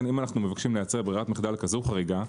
אם אנו מבקשים לייצר ברירת מחדל כזו חריגה,